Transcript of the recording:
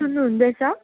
सुन्नुहुँदैछ